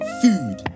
food